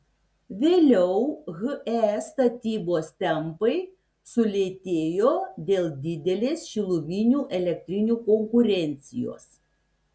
vėliau he statybos tempai sulėtėjo dėl didelės šiluminių elektrinių konkurencijos